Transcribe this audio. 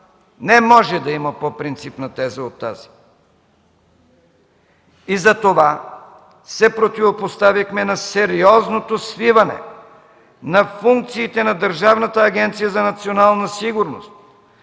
Не може да има по-принципна теза от тази! Затова се противопоставихме на сериозното свиване на функциите на Държавна агенция „Национална сигурност”